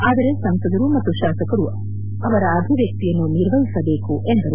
ಆದರೆ ಸಂಸದರು ಮತ್ತು ಶಾಸಕರು ಅದರ ಅಭಿವ್ಯಕ್ತಿಯನ್ನು ನಿರ್ವಹಿಸಬೇಕು ಎಂದರು